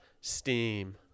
steam